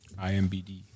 IMBD